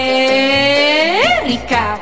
America